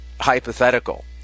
hypothetical